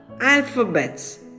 alphabets